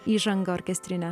įžanga orkestrinė